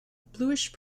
bluish